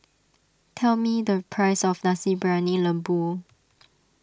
tell me the price of Nasi Briyani Lembu